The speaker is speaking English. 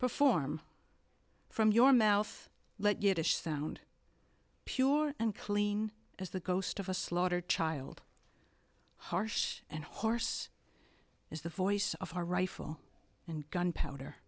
perform from your mouth let yet if sound pure and clean as the ghost of a slaughter child harsh and horse is the voice of a rifle and gunpowder